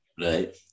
Right